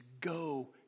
go